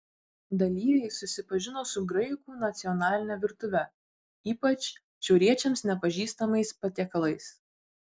dalyviai susipažino su graikų nacionaline virtuve ypač šiauriečiams nepažįstamais patiekalais